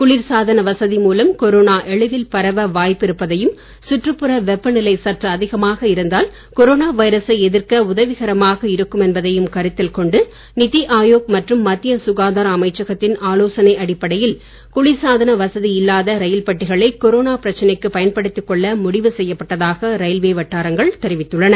குளிர்சாதன வசதி மூலம் கொரோனா எளிதில் பரவ வாய்ப்பு இருப்பதையும் சுற்றுப்புற வெப்பநிலை சற்று அதிகமாக இருந்தால் கொரோனா வைரசை எதிர்க்க உதவிகரமாக இருக்கும் என்பதையும் கருத்தில்கொண்டு நிதி ஆயோக் மற்றும் மத்திய சுகாதார அமைச்சகத்தின் ஆலோசனை அடிப்படையில் குளிர்சாதன வசதி இல்லாத ரயில் பெட்டிகளை கொரோனா பிரச்சனைக்கு பயன்படுத்திக் கொள்ள முடிவு செய்யப் பட்டதாக ரயில்வே வட்டாரங்கள் தெரிவித்துள்ளன